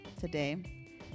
Today